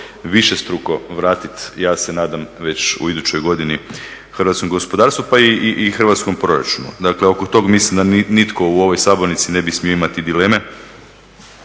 višestruko vratiti, ja se nadam već u idućoj godini hrvatskom gospodarstvu pa i hrvatskom proračunu. Dakle oko tog mislim da nitko u ovoj sabornici ne bi smio imati dileme,